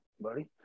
buddy